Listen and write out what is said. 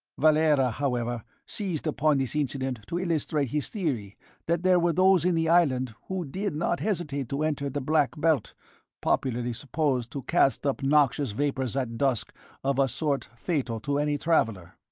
valera, however, seized upon this incident to illustrate his theory that there were those in the island who did not hesitate to enter the black belt popularly supposed to cast up noxious vapours at dusk of a sort fatal to any traveller.